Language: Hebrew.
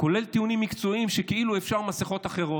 כולל טיעונים מקצועיים שכאילו אפשר מסכות אחרות.